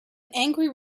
angry